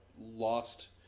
lost